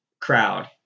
crowd